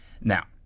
Now